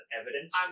evidence